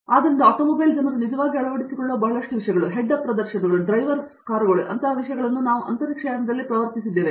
ಆದ್ದರಿಂದ ಆಟೋಮೊಬೈಲ್ ಜನರು ನಿಜವಾಗಿ ಅಳವಡಿಸಿಕೊಳ್ಳುವ ಬಹಳಷ್ಟು ವಿಷಯಗಳು ಹೆಡ್ ಅಪ್ ಪ್ರದರ್ಶನಗಳು ಅಥವಾ ಡ್ರೈವರ್ಸ್ ಕಾರುಗಳು ಅಂತಹ ವಿಷಯಗಳನ್ನು ನಾವು ಅಂತರಿಕ್ಷಯಾನದಲ್ಲಿ ಪ್ರವರ್ತಿಸಿದ್ದೇವೆ